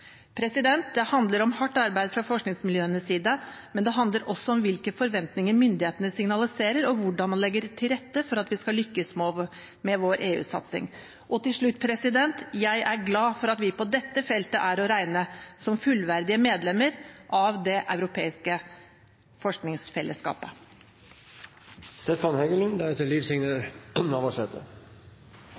Det handler om hardt arbeid fra forskningsmiljøenes side, men det handler også om hvilke forventninger myndighetene signaliserer, og hvordan man legger til rette for at vi skal lykkes med vår EU-satsing. Til slutt: Jeg er glad for at vi på dette feltet er å regne som fullverdige medlemmer av det europeiske forskningsfellesskapet.